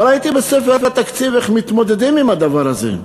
לא ראיתי בספר התקציב איך מתמודדים עם הדבר הזה.